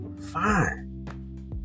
fine